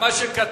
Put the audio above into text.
הצעת החוק